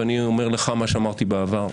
ואני אומר לך מה שאמרתי בעבר: